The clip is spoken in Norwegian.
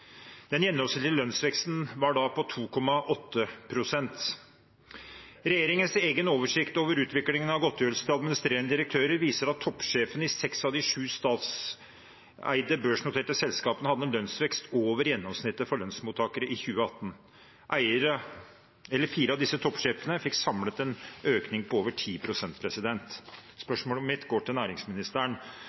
Den gjennomsnittlige lønnsveksten var da på 2,8 pst. Regjeringens egen oversikt over utviklingen av godtgjørelser til administrerende direktører viser at toppsjefene i seks av de sju statseide børsnoterte selskapene hadde en lønnsvekst over gjennomsnittet for lønnsmottakere i 2018. Fire av disse toppsjefene fikk samlet en økning på over 10 pst. Spørsmålet mitt går til næringsministeren.